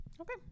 Okay